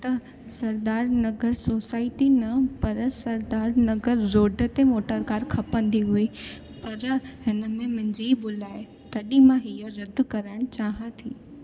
त सरदार नगर सोसाइटी न पर सरदार नगर रोड ते मोटर कार खपंदी हुई पर हिन में मुंहिंजी भुल आहे तॾहिं मां हीअं रद करणु चाहियां थी